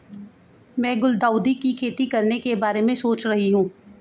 मैं गुलदाउदी की खेती करने के बारे में सोच रही हूं